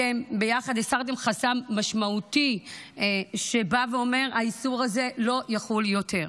אתם ביחד הסרתם חסם משמעותי שבא ואומר: האיסור הזה לא יחול יותר.